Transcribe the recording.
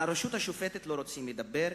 על הרשות השופטת לא רוצים לדבר,